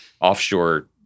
offshore